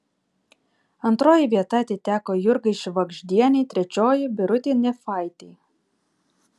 antroji vieta atiteko jurgai švagždienei trečioji birutei nefaitei